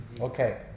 Okay